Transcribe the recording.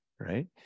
right